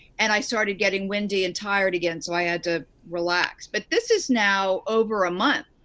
and i started getting windy and tired again, so i had to relax. but this is now over a month.